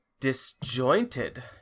disjointed